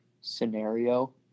scenario